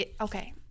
Okay